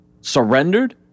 surrendered